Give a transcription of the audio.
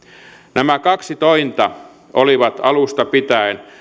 nämä kaksi tointa olivat alusta pitäen